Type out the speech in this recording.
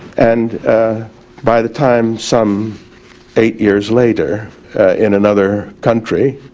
and by the time some eight years later in another country,